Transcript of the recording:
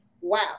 wow